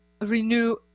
renew